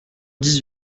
dix